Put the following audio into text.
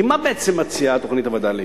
כי מה בעצם מציעה תוכנית הווד"לים?